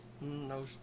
No